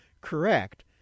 correct